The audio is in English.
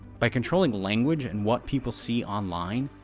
by controlling language and what people see online,